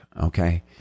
okay